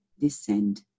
descend